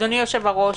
אדוני היושב-ראש,